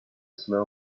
smell